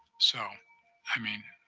so i mean,